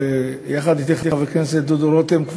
ויחד אתי חבר הכנסת דודו רותם,